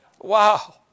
Wow